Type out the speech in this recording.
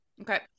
Okay